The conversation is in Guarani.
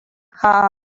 ha